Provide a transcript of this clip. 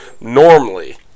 normally